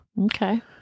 Okay